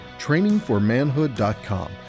trainingformanhood.com